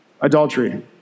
adultery